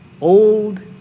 old